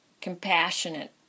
compassionate